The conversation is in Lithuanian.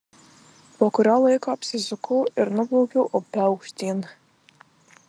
po kurio laiko apsisukau ir nuplaukiau upe aukštyn